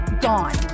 gone